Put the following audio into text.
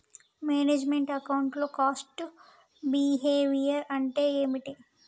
Manage meant account లో cost behaviour అంటే ఏమిటి?